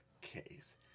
case